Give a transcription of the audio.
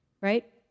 right